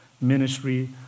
ministry